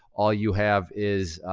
all you have is,